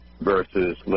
versus